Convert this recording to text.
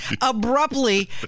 abruptly